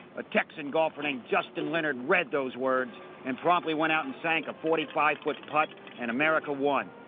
a texan golfer named justin leonard read those words and promptly went out and sank a forty five foot putt and america won.